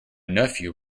nephew